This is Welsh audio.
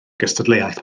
gystadleuaeth